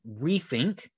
rethink